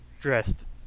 dressed